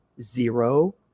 zero